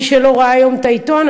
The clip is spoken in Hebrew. מי שלא ראה היום את העיתון,